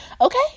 Okay